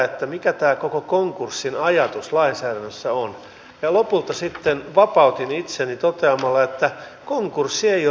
tähän kohtaanto ongelmaan sinällään joka ei ole pelkästään tätä työvoimapalvelujen ongelmaa liittyy asuminen myös siihen liittyy tämä pendelöinti kaikki tämmöiset